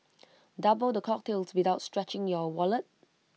double the cocktails without stretching your wallet